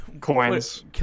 Coins